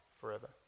forever